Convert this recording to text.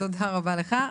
תודה רבה לך.